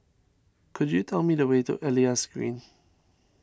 could you tell me the way to Elias Green